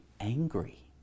angry